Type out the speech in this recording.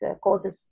causes